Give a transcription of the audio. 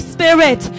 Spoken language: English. Spirit